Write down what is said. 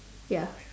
ya